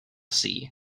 sea